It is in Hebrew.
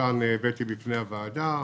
שאותן הבאתי לפני הוועדה,